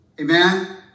Amen